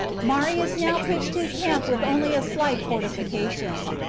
marius now pitched his camp with only a slight fortification,